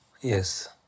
Yes